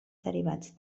derivats